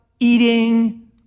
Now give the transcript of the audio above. eating